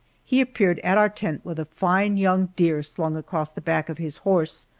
he appeared at our tent with a fine young deer slung across the back of his horse,